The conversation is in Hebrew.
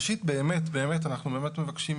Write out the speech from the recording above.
ראשית באמת באמת, אנחנו באמת מבקשים